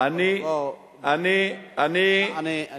אריה, משפט אחד.